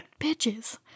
Bitches